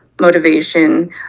motivation